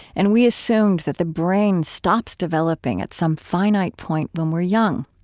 and we assumed that the brain stops developing at some finite point when we're young.